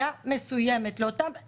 יכול להיות שהיה מישהו שלא שמע ולא הגיש,